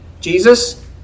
Jesus